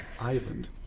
Island